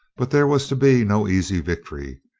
but there was to be no easy victory.